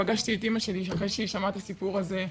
פגשתי את אימא שלי אחרי שהיא שמעה את הסיפור הזה.